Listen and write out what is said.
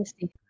see